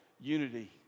unity